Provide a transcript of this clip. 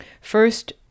First